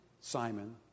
Simon